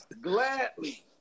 gladly